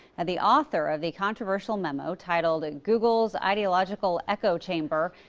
and the author of the controversial memo, titled ah google's ideological echo chamber,